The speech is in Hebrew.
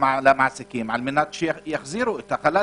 למעסיקים על מנת שיחזירו את החל"תים?